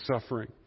suffering